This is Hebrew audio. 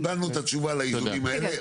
קיבלנו את התשובה לנתונים האלה,